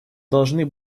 должны